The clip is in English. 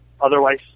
otherwise